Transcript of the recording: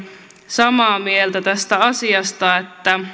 samaa mieltä siitä asiasta että